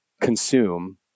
consume